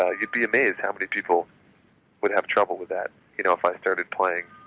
ah you'd be amazed how many people would have trouble with that you know if i started playing